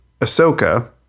Ahsoka